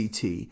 CT